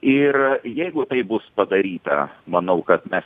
ir jeigu taip bus padaryta manau kad mes